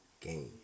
Game